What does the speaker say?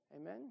Amen